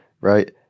right